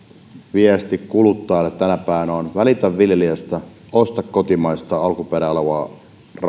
viesti kuluttajalle tänä päivänä on nimenomaan välitä viljelijästä osta kotimaista alkuperää olevaa